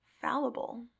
fallible